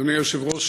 אדוני היושב-ראש,